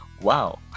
Wow